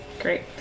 Great